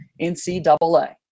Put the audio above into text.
NCAA